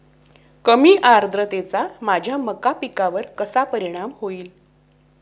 कमी आर्द्रतेचा माझ्या मका पिकावर कसा परिणाम होईल?